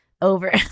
over